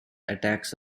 attacks